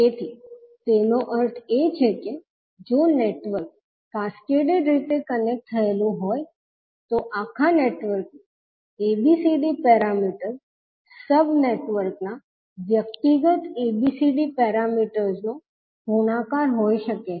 તેથી તેનો અર્થ એ છે કે જો નેટવર્ક કેસ્કેડ રીતે કનેક્ટ થયેલ છે તો આખા નેટવર્કનું ABCD પેરામીટર સબ નેટવર્કના વ્યક્તિગત ABCD પેરામીટર્સનો V ગુણાકાર હોઈ શકે છે